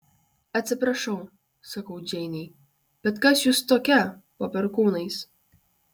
atsiprašau sakau džeinei bet kas jūs tokia po perkūnais